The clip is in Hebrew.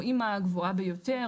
רואים מה הגבוהה ביותר.